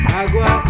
agua